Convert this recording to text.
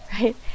right